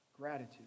gratitude